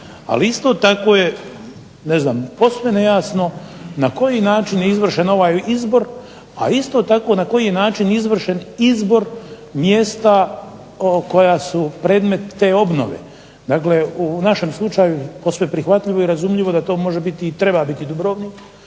ali isto tako je posve nejasno na koji način je izvršen ovaj izbor a isto tako i na koji način izvršen izbor mjesta koja su predmet te obnove. Dakle, u našem slučaju posve prihvatljivo i razumljivo da to može i treba biti Vukovar,